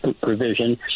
provision